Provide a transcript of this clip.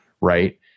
right